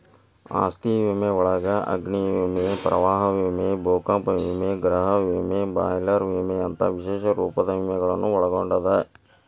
ಆಸ್ತಿ ವಿಮೆಯೊಳಗ ಅಗ್ನಿ ವಿಮೆ ಪ್ರವಾಹ ವಿಮೆ ಭೂಕಂಪ ವಿಮೆ ಗೃಹ ವಿಮೆ ಬಾಯ್ಲರ್ ವಿಮೆಯಂತ ವಿಶೇಷ ರೂಪದ ವಿಮೆಗಳನ್ನ ಒಳಗೊಂಡದ